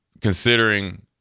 Considering